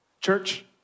church